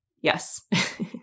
yes